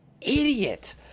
idiot